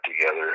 together